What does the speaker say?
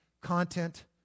content